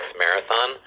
marathon